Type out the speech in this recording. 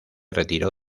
retiró